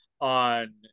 on